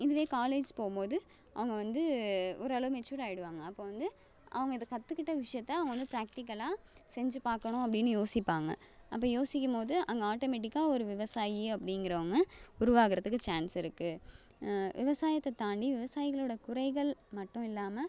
இதுவே காலேஜ் போகும்போது அவங்கள் வந்து ஓரளவு மெச்சூர் ஆகிடுவாங்க அப்போ வந்து அவங்கள் இது கற்றுக்கிட்ட விஷயத்தை அவங்கள் வந்து ப்ராக்டிகலாக செஞ்சு பார்க்கணும் அப்படின்னு யோசிப்பாங்க அப்போது யோசிக்கும் போது அங்கே ஆட்டோமேட்டிக்காக ஒரு விவசாயி அப்படிங்கிறவங்க உருவாகிறத்துக்கு சான்ஸ் இருக்குது விவசாயத்தை தாண்டி விவசாயிகளோடய குறைகள் மட்டும் இல்லாமல்